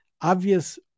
obvious